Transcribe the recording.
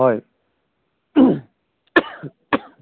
হয়